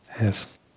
Yes